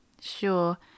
Sure